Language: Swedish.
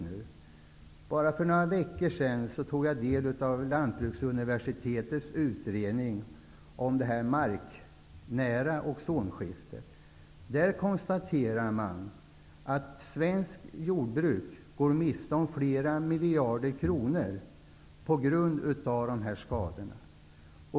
För bara några veckor sedan tog jag del av lantbruksuniversitetets utredning om det marknära ozonskiktet. I utredningen konstaterar man att svenskt jordbruk går miste om flera miljarder kronor på grund av ozonskador.